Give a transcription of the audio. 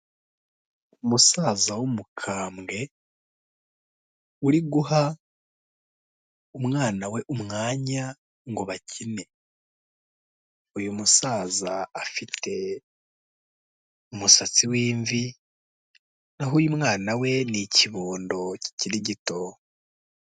Umusaza w'umukambwe uri guha umwana we umwanya ngo bakine, uyu musaza afite umusatsi w'imvi, na ho uyu mwana we ni ikibondo kikiri gito.